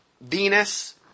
Venus